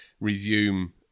resume